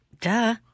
Duh